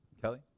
Kelly